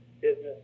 business